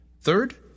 Third